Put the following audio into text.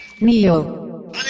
Neo